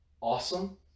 awesome